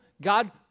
God